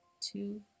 two